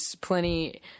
plenty